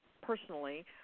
personally